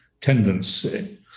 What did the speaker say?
tendency